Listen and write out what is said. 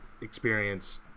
experience